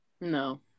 No